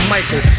Michael